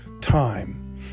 time